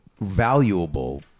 valuable